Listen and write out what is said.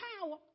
power